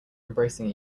embracing